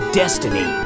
destiny